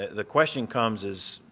the question comes as,